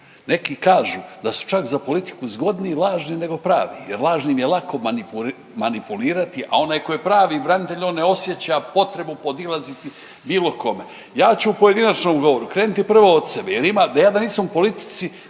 Neki kažu da su čak za politiku zgodni lažni nego pravi jer lažnim je lako manipulirati, a onaj koji je pravi branitelj, on je osjeća potrebu podilaziti bilo kome. Ja ću u pojedinačnom govoru krenuti prvo od sebe jer ima, ja da nisam u politici,